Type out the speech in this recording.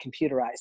computerized